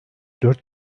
dört